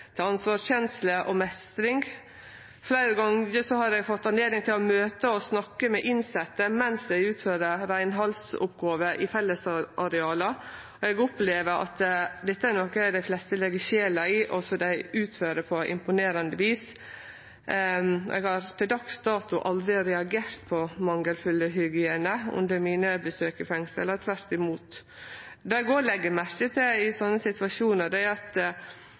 til ansvarskjensle og meistring. Fleire gonger har eg fått anledning til å møte og snakke med innsette mens dei utfører reinhaldsoppgåver i fellesareala, og eg opplever at dette er noko dei fleste legg sjela i, og som dei utfører på imponerande vis. Eg har til dags dato aldri reagert på mangelfull hygiene under mine besøk i fengsel, tvert imot. Det eg òg legg merke til i sånne situasjonar, er den gode tonen som er